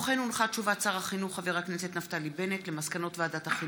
הודעת שר החינוך נפתלי בנט על מסקנות ועדת החינוך,